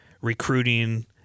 recruiting